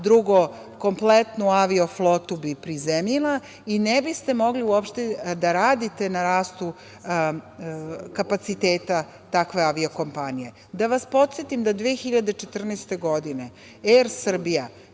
Drugo, kompletnu avio flotu bi prizemljila i ne biste mogli uopšte da radite na rastu kapaciteta takve avio-kompanije. Da vas podsetim da je 2014. godine „Er Srbija“